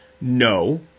no